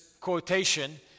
quotation